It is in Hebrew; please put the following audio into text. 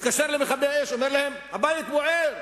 התקשר למכבי-אש ואמר להם: הבית בוער.